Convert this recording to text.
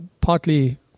partly